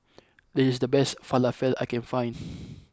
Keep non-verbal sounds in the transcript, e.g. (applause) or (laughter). this is the best Falafel I can find (noise)